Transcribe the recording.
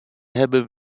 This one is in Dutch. hebben